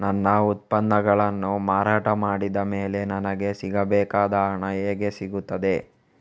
ನನ್ನ ಉತ್ಪನ್ನಗಳನ್ನು ಮಾರಾಟ ಮಾಡಿದ ಮೇಲೆ ನನಗೆ ಸಿಗಬೇಕಾದ ಹಣ ಹೇಗೆ ಸಿಗುತ್ತದೆ?